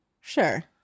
Sure